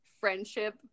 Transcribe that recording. friendship